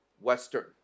Western